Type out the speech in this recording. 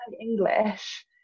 English